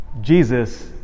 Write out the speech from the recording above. jesus